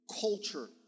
culture